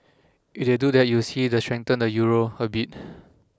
if they do that you would see that strengthen the Euro a bit